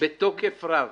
בתוקף רב